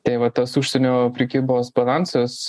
tai va tas užsienio prekybos balansas